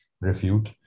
refute